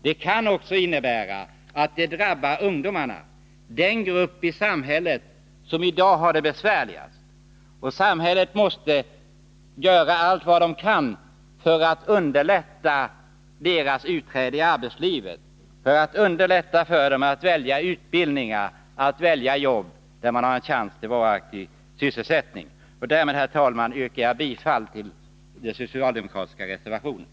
Det kan också innebära att det drabbar ungdomarna, den grupp i samhället som i dag har det besvärligast. Samhället måste göra allt vad det kan för att underlätta ungdomarnas utträde i arbetslivet, för att underlätta för dem att välja utbildning, att välja jobb där de har chans till en varaktig sysselsättning. Med detta, herr talman, yrkar jag bifall till de socialdemokratiska reservationerna.